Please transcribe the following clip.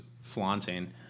flaunting